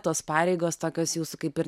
tos pareigos tokios jūsų kaip ir